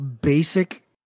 basic